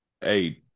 hey